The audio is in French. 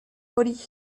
hori